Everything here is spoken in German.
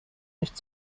nicht